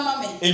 Amen